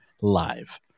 live